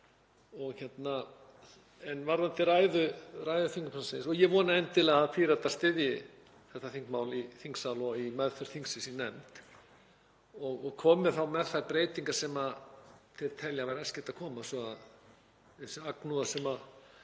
En varðandi ræðu þingmannsins, ég vona endilega að Píratar styðji þetta þingmál í þingsal og í meðferð þingsins í nefnd og komi þá með þær breytingar sem þeir telja að væri æskilegt að koma með svo að